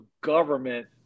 government